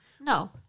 No